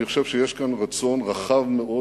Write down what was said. אני חושב שיש כאן רצון רחב מאוד,